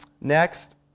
Next